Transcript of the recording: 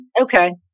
Okay